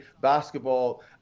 basketball